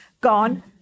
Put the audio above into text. gone